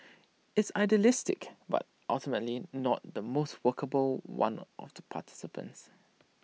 it's idealistic but ultimately not the most workable one of the participants